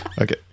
okay